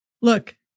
Look